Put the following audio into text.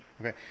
Okay